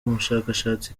umushakashatsi